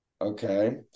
okay